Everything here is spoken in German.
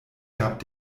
gab